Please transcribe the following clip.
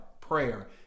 prayer